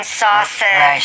sauces